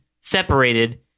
separated